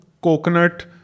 coconut